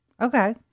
Okay